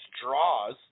draws